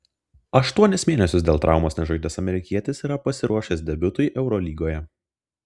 aštuonis mėnesius dėl traumos nežaidęs amerikietis yra pasiruošęs debiutui eurolygoje